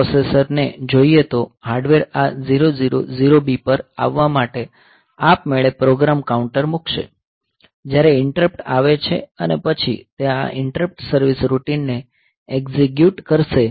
અને પ્રોસેસર ને જોઈએ તો હાર્ડવેર આ 000B પર આવવા માટે આપમેળે પ્રોગ્રામ કાઉન્ટર મૂકશે જ્યારે ઈન્ટરપ્ટ આવે છે અને પછી તે આ ઈન્ટરપ્ટ સર્વીસ રૂટિનને એક્ઝિક્યુટ કરશે